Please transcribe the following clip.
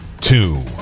two